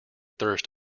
thirst